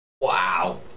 Wow